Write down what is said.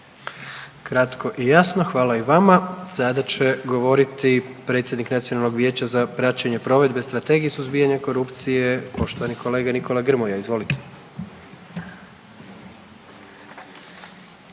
Kratko i jasno. Hvala i vama. Sada će govoriti predsjednik Nacionalnog vijeća za praćenje provedbe Strategije suzbijanja korupcije, poštovani kolega Nikola Grmoja. Izvolite.